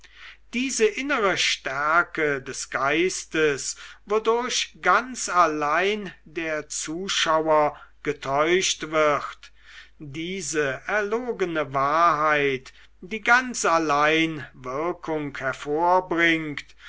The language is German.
diese innere stärke des geistes wodurch ganz allein der zuschauer getäuscht wird diese erlogene wahrheit die ganz allein wirkung hervorbringt